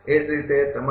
એ જ રીતે તમારો